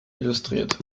illustriert